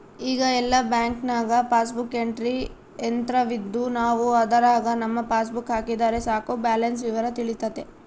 ಈಗ ಎಲ್ಲ ಬ್ಯಾಂಕ್ನಾಗ ಪಾಸ್ಬುಕ್ ಎಂಟ್ರಿ ಯಂತ್ರವಿದ್ದು ನಾವು ಅದರಾಗ ನಮ್ಮ ಪಾಸ್ಬುಕ್ ಹಾಕಿದರೆ ಸಾಕು ಬ್ಯಾಲೆನ್ಸ್ ವಿವರ ತಿಳಿತತೆ